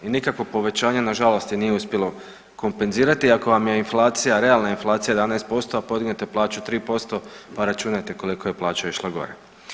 I nikakvo povećanje nažalost je nije uspjelo kompenzirati, ako vam je inflacija, realna inflacija 11%, a podignute plaće 3%, pa računajte koliko je plaća išla gore.